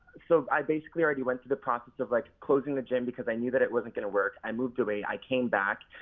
so i basically already went through the process of like closing the gym cause i knew that it wasn't gonna work. i moved away. i came back.